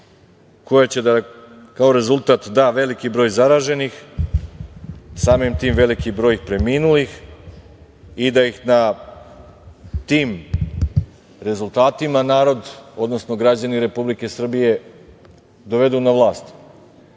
koja će da kao rezultat da veliki broj zaraženih, samim tim veliki broj preminulih i da ih na tim rezultatima narod, odnosno građani Republike Srbije dovedu na vlast. Mogu